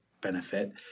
benefit